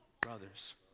brothers